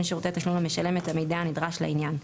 שירותי תשלום למשלם את המידע הנדרש לעניין,